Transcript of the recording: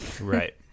right